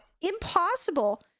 impossible